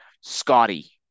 Scotty